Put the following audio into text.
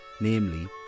namely